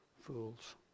fools